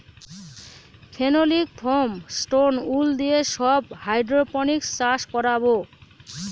phenolic foam, stone wool দিয়ে সব hydroponics চাষ করাবো